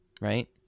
right